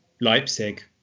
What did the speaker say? Leipzig